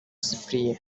cyprien